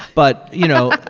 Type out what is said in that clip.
but, you know,